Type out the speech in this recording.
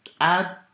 Add